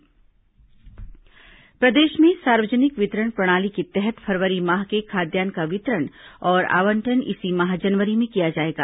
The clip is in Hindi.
पीडीएस खाद्यान्न वितरण प्रदेश में सार्वजनिक वितरण प्रणाली के तहत फरवरी माह के खाद्यान्न का वितरण और आवंटन इसी माह जनवरी में किया जाएगा